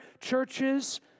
churches